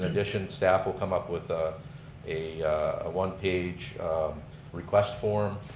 addition, staff will come up with ah a one page request form.